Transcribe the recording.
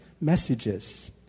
messages